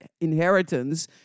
inheritance